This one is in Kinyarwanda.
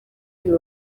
uyu